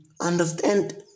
understand